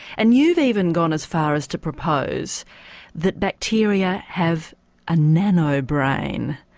and you've even gone as far as to propose that bacteria have a nanobrain.